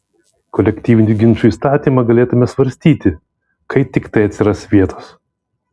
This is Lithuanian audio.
kolektyvinių ginčų įstatymą galėtumėme svarstyti kai tiktai atsiras vietos